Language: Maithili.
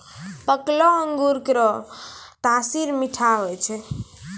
पकलो अंगूर केरो तासीर मीठा होय छै